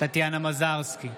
טטיאנה מזרסקי,